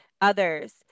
others